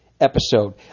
episode